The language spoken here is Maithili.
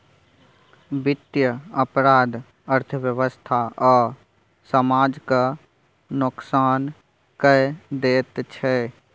बित्तीय अपराध अर्थव्यवस्था आ समाज केँ नोकसान कए दैत छै